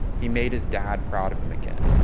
he made his dad proud of him again.